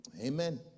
Amen